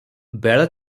ବେଳ